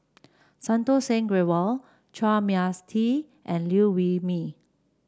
Santokh Singh Grewal Chua Mia Tee and Liew Wee Mee